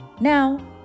Now